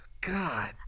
God